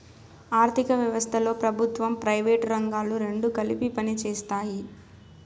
ఆర్ధిక వ్యవస్థలో ప్రభుత్వం ప్రైవేటు రంగాలు రెండు కలిపి పనిచేస్తాయి